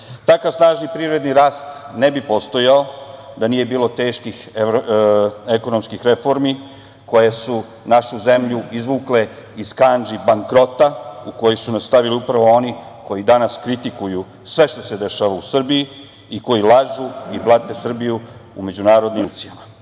6%.Takav snažni privredni rast ne bi postojao da nije bilo teških ekonomskih reformi koje su našu zemlju izvukle iz kandži bankrota u koje su nas stavili upravo oni koji danas kritikuju sve što se dešava u Srbiji i koji lažu i blate Srbiju u međunarodnim